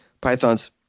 pythons